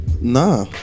Nah